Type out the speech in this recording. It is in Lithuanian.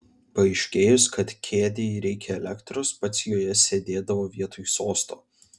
paaiškėjus kad kėdei reikia elektros pats joje sėdėdavo vietoj sosto